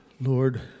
Lord